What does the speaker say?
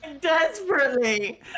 Desperately